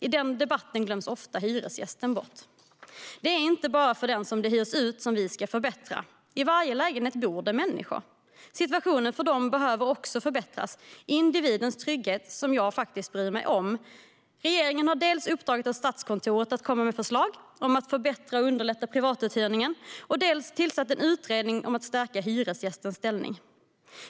I den debatten glöms ofta hyresgästen bort. Det är inte bara för den som hyr ut som vi ska förbättra. I varje lägenhet bor det människor, och situationen för dem behöver också förbättras - individer vars trygghet jag faktiskt bryr mig om. Regeringen har dels uppdragit åt Statskontoret att komma med förslag om att förbättra och underlätta privatuthyrning, dels tillsatt en utredning om att stärka hyresgästens ställning.